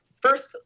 first